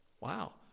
Wow